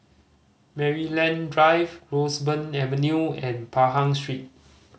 Maryland Drive Roseburn Avenue and Pahang Street